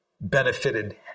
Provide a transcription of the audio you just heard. benefited